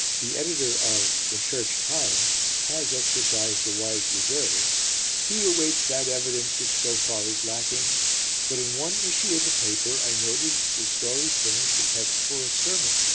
the editor of the church times has exercised a wise reserve he awaits that evidence which so far is lacking but in one issue of the paper i noted that the story furnished a text for a sermon,